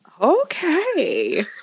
Okay